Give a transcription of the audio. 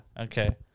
Okay